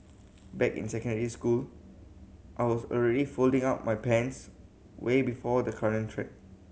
back in secondary school I was already folding up my pants way before the current trend